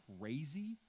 crazy